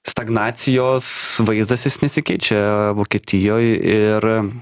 stagnacijos vaizdas jis nesikeičia vokietijoj ir